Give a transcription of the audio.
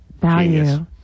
Value